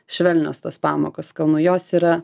švelnios tos pamokos kalnų jos yra